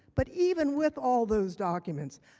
but, even with all those documents,